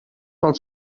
pel